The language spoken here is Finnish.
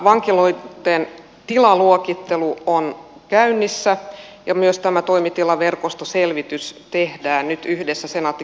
vankiloitten tilaluokittelu on käynnissä ja myös tämä toimitilaverkostoselvitys tehdään nyt yhdessä senaatti kiinteistöjen kanssa